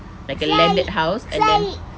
like a landed house and then